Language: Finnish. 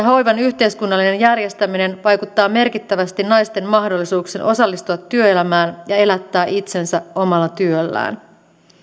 hoivan yhteiskunnallinen järjestäminen vaikuttaa merkittävästi naisten mahdollisuuksiin osallistua työelämään ja elättää itsensä omalla työllään